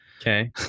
Okay